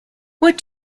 what